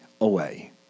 away